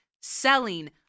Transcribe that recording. selling